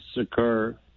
occur